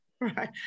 Right